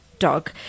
dog